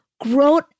growth